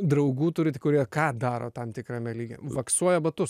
draugų turit kurie ką daro tam tikrame lygyje vaksuoja batus